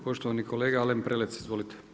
Poštovani kolega Alen Prelec, izvolite.